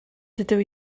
dydw